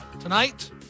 tonight